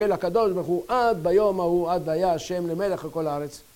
אל הקדוש ברוך הוא עד ביום ההוא עד והיה השם למלך על כל הארץ.